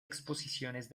exposiciones